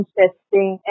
testing